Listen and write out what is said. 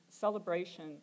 celebration